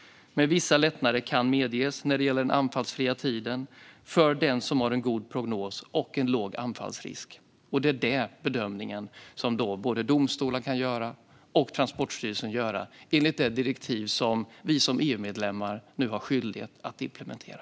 Vissa lättnader kan medges när det gäller den anfallsfria tiden för den som har en god prognos och en låg anfallsrisk. Det är denna bedömning som både domstolar och Transportstyrelsen kan göra enligt det direktiv som vi som EU-medlemmar nu har skyldighet att implementera.